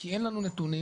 כי אין לנו נתונים,